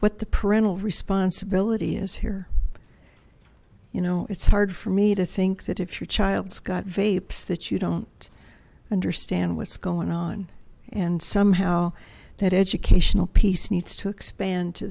what the parental responsibility is here you know it's hard for me to think that if your child's got vapes that you don't understand what's going on and somehow that educational piece needs to expand to